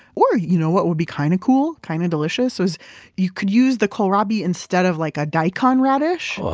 or or you know what would be kind of cool, kind of delicious, was you could use the kohlrabi instead of like a daikon radish,